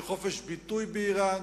שיהיה חופש ביטוי באירן,